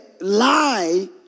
lie